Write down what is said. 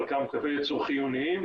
חלקם קווי ייצור חיוניים,